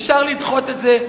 אפשר לדחות את זה,